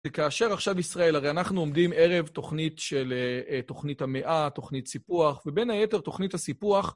וכאשר עכשיו ישראל, הרי אנחנו עומדים ערב תוכנית של תוכנית המאה, תוכנית סיפוח, ובין היתר תוכנית הסיפוח